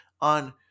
on